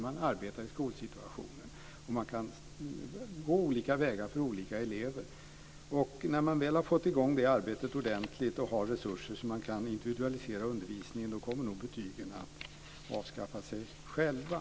Man arbetar i skolsituationen och kan ha olika vägar för olika elever. När man väl har fått i gång det arbetet ordentligt och har resurser så att man kan individualisera undervisningen, då kommer nog betygen att avskaffa sig själva.